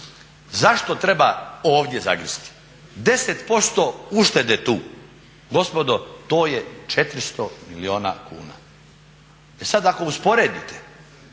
Zašto treba ovdje zagristi? 10% uštede tu gospodo to je 400 milijuna kuna. E sad ako usporedite